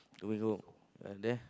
to bring home ah there